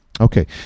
Okay